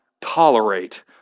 tolerate